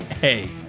Hey